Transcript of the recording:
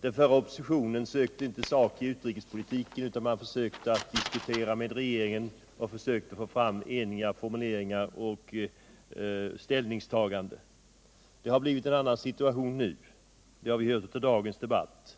Den förra oppositionen sökte inte sak i utrikespolitiken, utan den försökte diskutera med regeringen och nå fram till eniga formuleringar och ställningstaganden. Situationen har nu blivit en annan. Det har vi hört av dagens debatt.